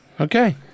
Okay